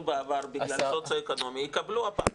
בעבר בגלל סוציואקונומי יקבלו הפעם.